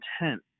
intent